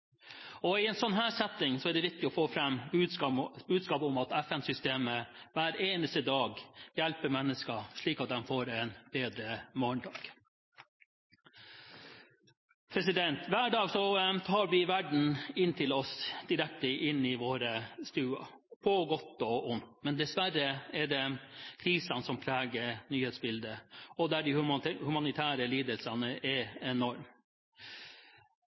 I denne settingen er det viktig å få fram budskapet om at FN-systemet hver eneste dag hjelper mennesker slik at de får en bedre morgendag. Hver dag tar vi verden direkte inn i våre stuer, på godt og vondt. Dessverre er det krisene som preger nyhetsbildet, og de humanitære lidelsene er